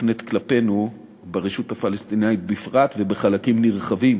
שמופנות כלפינו ברשות הפלסטינית בפרט ובחלקים נרחבים